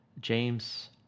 James